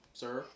sir